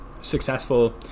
successful